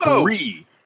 three